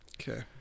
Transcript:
Okay